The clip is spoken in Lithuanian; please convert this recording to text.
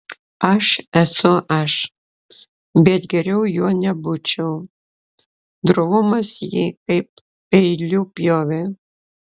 aš esu aš bet geriau juo nebūčiau drovumas jį kaip peiliu pjovė